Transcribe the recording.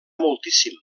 moltíssim